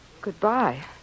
Goodbye